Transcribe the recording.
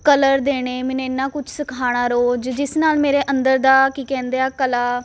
colour ਦੇਣੇ ਮੈਨੂੰ ਇੰਨਾ ਕੁਛ ਸਿਖਾਉਣਾ ਰੋਜ਼ ਜਿਸ ਨਾਲ ਮੇਰੇ ਅੰਦਰ ਦਾ ਕੀ ਕਹਿੰਦੇ ਆ ਕਲਾ